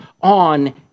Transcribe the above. on